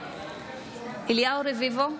אליהו רביבו,